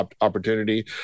opportunity